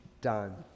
done